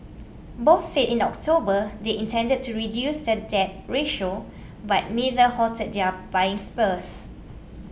both said in October they intended to reduce their debt ratio but neither halted their buying sprees